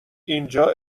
اینجا